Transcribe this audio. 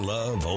Love